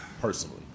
personally